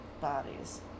Bodies